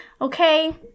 Okay